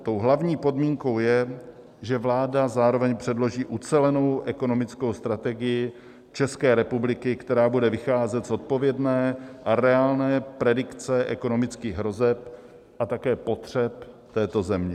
Tou hlavní podmínkou je, že vláda zároveň předloží ucelenou ekonomickou strategii České republiky, která bude vycházet z odpovědné a reálné predikce ekonomických hrozeb a také potřeb této země.